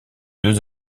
deux